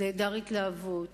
נעדר התלהבות.